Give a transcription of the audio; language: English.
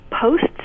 posts